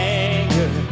anger